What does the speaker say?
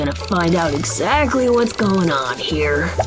and find out exactly what's going on here.